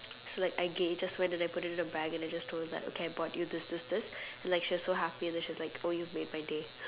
so like I gave just went and put it in a bag and I just told her that I okay bought you this this this and she was like so happy and she was like oh you've made my day